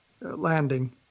landing